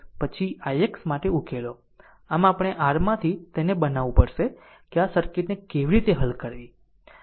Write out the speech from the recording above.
આમ આપણે r માંથી તેને બનાવવું પડશે કે આ સર્કિટને કેવી રીતે હલ કરવી